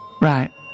Right